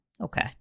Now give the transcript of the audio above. okay